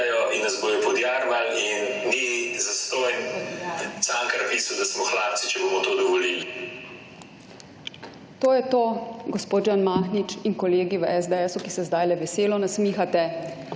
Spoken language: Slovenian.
in nas bodo podjarmili. In ni zastonj Cankar pisal, da smo hlapci, če bomo to dovolili«. To je to, gospod Žan Mahnič in kolegi v SDS-u, ki se zdajle veselo nasmihate.